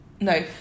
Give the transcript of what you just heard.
No